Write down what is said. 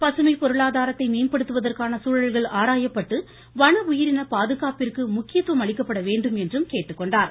பசுமை பொருளாதாரத்தை மேம்படுத்துவதற்கான சூழல்கள் ஆராயப்பட்டு வன உயிரின பாதுகாப்பிற்கு முக்கியத்துவம் அளிக்கப்பட வேண்டும் என்றும் கேட்டுக்கொண்டார்